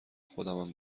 خودمم